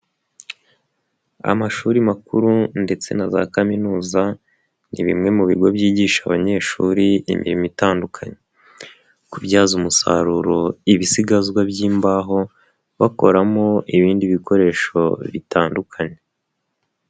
Amashuri makuru ndetse na za kaminuza ni bimwe mu bigo byigisha abanyeshuri imirimo itandukanye, kubyaza umusaruro ibisigazwa by'imbaho bakoramo ibindi bikoresho bitandukanye.